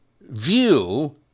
view